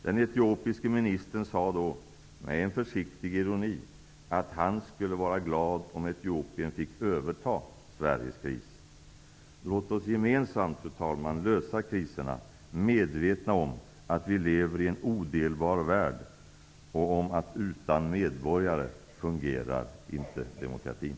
Den etiopiske ministern sade då med en försiktig ironi att han skulle vara glad om Etiopien fick överta Sveriges kris. Fru talman! Låt oss gemensamt lösa kriserna, medvetna om att vi lever i en odelbar värld och om att utan medborgare fungerar inte demokratin.